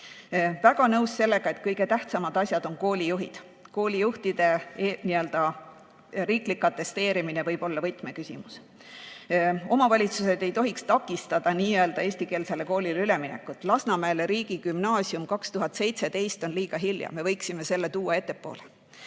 väga nõus sellega, et kõige tähtsamad asjad on koolijuhid, koolijuhtide riiklik atesteerimine võib olla võtmeküsimus. Omavalitsused ei tohiks takistada eestikeelsele koolile üleminekut. Lasnamäele riigigümnaasium 2027 on liiga hilja, me võiksime selle tuua ettepoole.